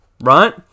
right